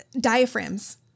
diaphragms